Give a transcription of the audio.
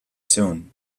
soon